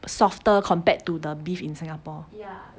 softer compared to the beef in singapore